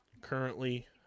currently